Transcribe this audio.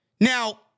Now